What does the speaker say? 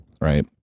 right